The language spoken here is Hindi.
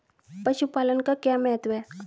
पशुपालन का क्या महत्व है?